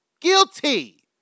Guilty